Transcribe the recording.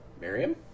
Miriam